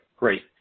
Great